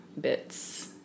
bits